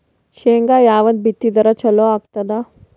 ಶೇಂಗಾ ಯಾವದ್ ಬಿತ್ತಿದರ ಚಲೋ ಆಗತದ?